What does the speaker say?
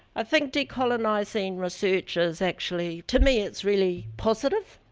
i think decolonizing research is actually, to me it's really positive.